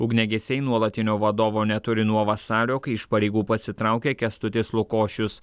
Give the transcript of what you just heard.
ugniagesiai nuolatinio vadovo neturi nuo vasario kai iš pareigų pasitraukė kęstutis lukošius